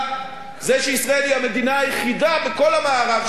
זה שישראל היא המדינה היחידה בכל המערב שההשקעות